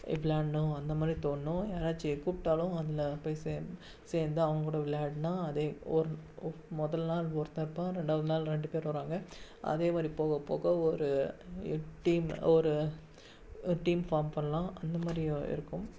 விளையாடணும் அந்த மாதிரி தோனணும் யாராச்சு கூப்பிட்டாலும் அதில் போய் சே சேர்ந்து அவங்ககூட விளையாடினா அதே ஒரு ஓ முதல் நாள் ஒருத்தன் இருப்பான் ரெண்டாவது நாள் ரெண்டு பேர் வராங்க அதே மாதிரி போக போக ஒரு எட்டு டீம் ஒரு டீம் ஃபார்ம் பண்ணலாம் அந்த மாதிரியும் இருக்கும்